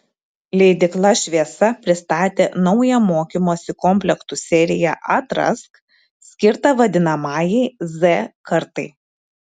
leidykla šviesa pristatė naują mokymosi komplektų seriją atrask skirtą vadinamajai z kartai